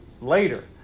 later